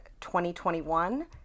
2021